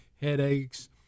headaches